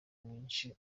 mwishi